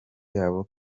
yabo